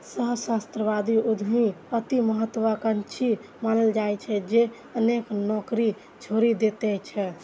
सहस्राब्दी उद्यमी अति महात्वाकांक्षी मानल जाइ छै, जे अनेक नौकरी छोड़ि दैत छै